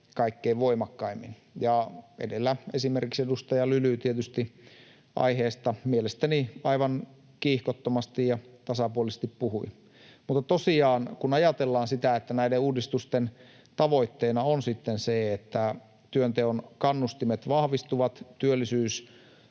kaikkein voimakkaimmin. Edellä esimerkiksi edustaja Lyly tietysti aiheesta mielestäni aivan kiihkottomasti ja tasapuolisesti puhui. Tosiaan kun ajatellaan sitä, että näiden uudistusten tavoitteena on sitten se, että työnteon kannustimet vahvistuvat, työllisyys